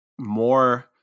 more